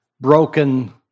broken